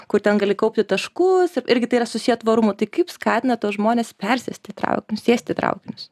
kur ten gali kaupti taškus ir irgi tai yra susiję tvarumu tik kaip skatinat tuos žmones persėsti į traukinius sėsti į traukinius